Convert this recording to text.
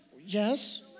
Yes